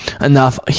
enough